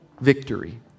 Victory